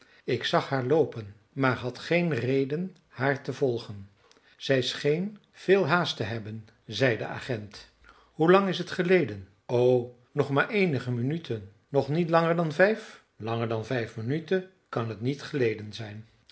ik zag haar loopen maar had geen reden haar te volgen zij scheen veel haast te hebben zeide de agent hoe lang is het geleden o nog maar eenige minuten nog niet langer dan vijf langer dan vijf minuten kan het niet geleden zijn